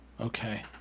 Okay